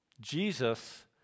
Jesus